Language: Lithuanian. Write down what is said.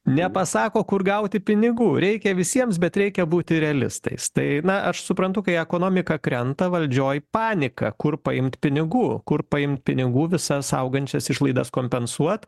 nepasako kur gauti pinigų reikia visiems bet reikia būti realistais tai na aš suprantu kai ekonomika krenta valdžioj panika kur paimt pinigų kur paimt pinigų visas augančias išlaidas kompensuot